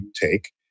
take